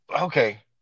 Okay